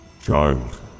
Child